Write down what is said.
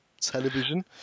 Television